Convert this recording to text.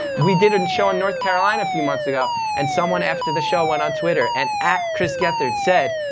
we did a and show in north carolina a few months ago, and someone after the show went on twitter and at chris gethard said,